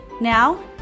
Now